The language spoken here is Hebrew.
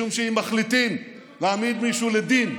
משום שאם מחליטים להעמיד מישהו לדין,